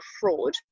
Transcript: fraud